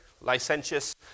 licentious